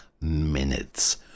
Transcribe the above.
minutes